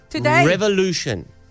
revolution